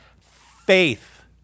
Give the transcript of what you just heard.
faith